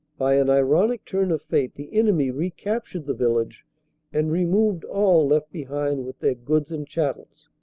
by an ironic turn of fate the enemy recaptured the village and removed all left behind with their goods and chattels.